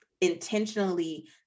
intentionally